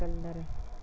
colour